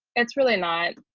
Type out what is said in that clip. it's really not.